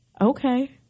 Okay